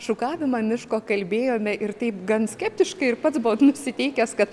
šukavimą miško kalbėjome ir taip gan skeptiškai ir pats buvot nusiteikęs kad